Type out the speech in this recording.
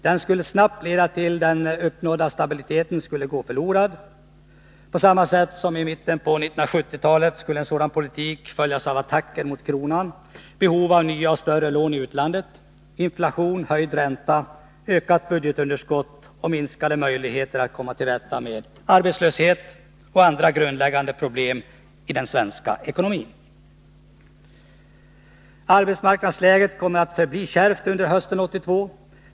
Den skulle snabbt leda till att den uppnådda stabiliteten skulle gå förlorad. På samma sätt som i mitten av 1970-talet skulle en sådan politik följas av attacker mot kronan, behov av nya och större lån i utlandet, inflation, höjd ränta, ökat budgetunderskott och minskade möjligheter att komma till rätta med arbetslöshet och andra grundläggande problem i den svenska ekonomin. Arbetsmarknadsläget kommer att förbli kärvt även under hösten 1982.